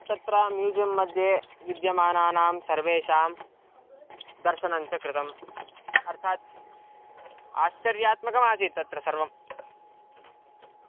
तत्र म्यूसियं मध्ये विद्यमानानां सर्वेषां दर्शनञ्च कृतम् अर्थात् आश्चर्यात्मकमासीत् तत्र सर्वम्